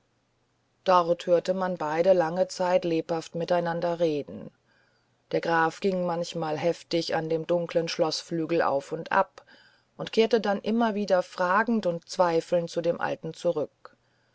dort hörte man beide lange zeit lebhaft miteinander reden der graf ging manchmal heftig an dem dunklen schloßflügel auf und ab und kehrte dann immer wieder fragend und zweifelnd zu dem alten zurück